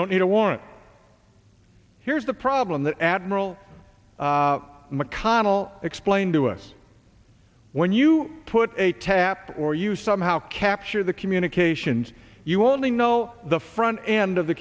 don't need a warrant here's the problem that admiral mcconnell explained to us when you put a tap or you somehow capture the communications you only know the front end of the